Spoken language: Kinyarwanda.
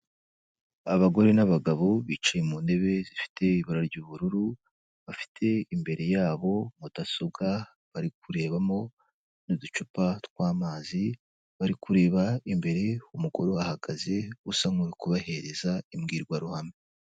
Abagore n'abagabo, bicaye mu ntebe zifite ibara ry'ubururu, bafite imbere yabo mudasobwa, bari kurebamo, n'uducupa tw'amazi, bari kureba imbere umugore ahagaze, usa nk'uri kubahereza imbwirwaruhame.